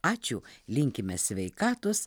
ačiū linkime sveikatos